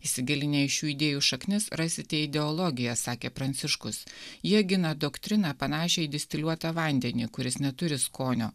įsigilinę į šių idėjų šaknis rasite ideologiją sakė pranciškus jie gina doktriną panašią į distiliuotą vandenį kuris neturi skonio